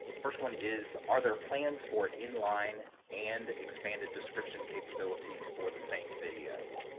first one is are there plans for in-line and expanded description capabilities for the same video.